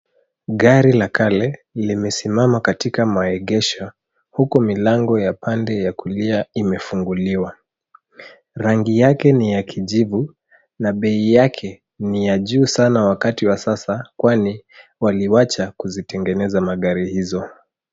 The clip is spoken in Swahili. Gari la kale limesimama katika maegesho huku milango ya pande ya kulia imefunguliwa .Rangi yake ni ya kijivu na bei yake ni ya juu sana wakati wa sasa kwani waliwacha kuzitegeneza magari hizo.